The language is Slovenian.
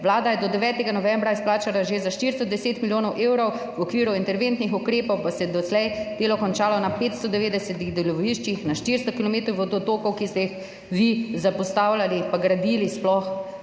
Vlada je do 9. novembra izplačala že za 410 milijonov evrov, v okviru interventnih ukrepov pa se je doslej delo končalo na 590 deloviščih, na 400 kilometrih vodotokov,« ki ste jih vi zapostavljali pa sploh